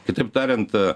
kitaip tariant